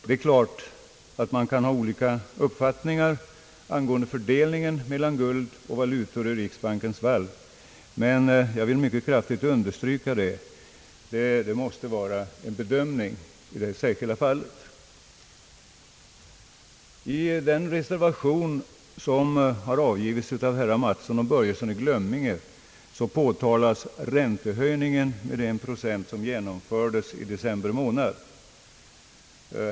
Det är klart att man kan ha olika uppfattningar om fördelningen mellan guld och valutor i riksbankens valv, men jag vill understryka att det måste ske en bedömning från fall till fall. I den reservation som har avgivits av herrar Mattsson och Börjesson i Glömminge påtalas den räntehöjning med en procent som genomfördes i december månad.